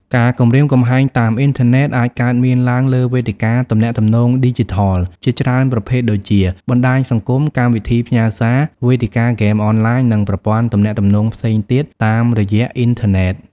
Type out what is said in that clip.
ការគំរាមកំហែងតាមអ៊ីនធឺណិតអាចកើតមានឡើងលើវេទិកាទំនាក់ទំនងឌីជីថលជាច្រើនប្រភេទដូចជា បណ្ដាញសង្គម កម្មវិធីផ្ញើសារ វេទិកាហ្គេមអនឡាញ និងប្រព័ន្ធទំនាក់ទំនងផ្សេងទៀតតាមរយៈអ៊ីនធឺណិត។